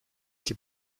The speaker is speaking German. die